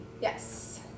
Yes